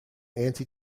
anti